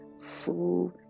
full